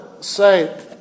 say